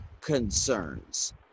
concerns